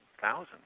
thousands